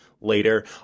later